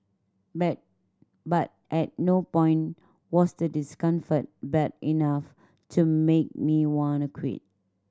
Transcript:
but but at no point was the discomfort bad enough to make me wanna quit